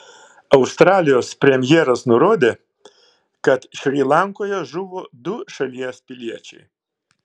australijos premjeras nurodė kad šri lankoje žuvo du šalies piliečiai